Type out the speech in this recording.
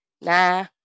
Nah